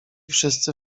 wszyscy